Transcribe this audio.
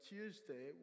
Tuesday